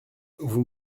vous